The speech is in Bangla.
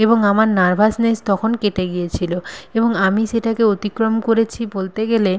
এবং আমার নার্ভাসনেস তখন কেটে গিয়েছিলো এবং আমি সেটাকে অতিক্রম করেছি বলতে গেলে